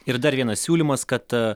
ir dar vienas siūlymas kad